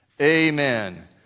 Amen